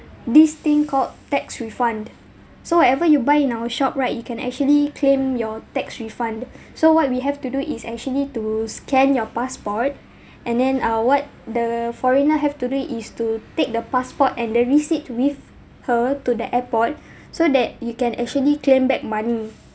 this thing called tax refund so whatever you buy in our shop right you can actually claim your tax refund so what we have to do is actually to scan your passport and then uh what the foreigner have to do it is to take the passport and the receipt with her to the airport so that you can actually claim back money